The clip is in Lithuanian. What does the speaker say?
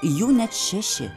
jų net šeši